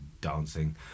dancing